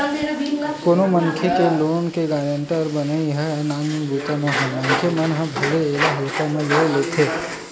कोनो मनखे के लोन के गारेंटर बनई ह नानमुन बूता नोहय मनखे मन ह भले एला हल्का म ले लेथे